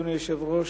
אדוני היושב-ראש,